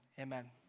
Amen